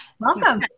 Welcome